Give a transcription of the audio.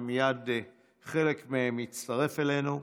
מייד חלק מהם יצטרף אלינו.